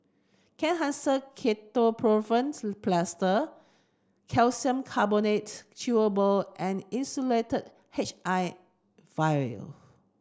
Kenhancer Ketoprofen Plaster Calcium Carbonate Chewable and Insulatard H I vial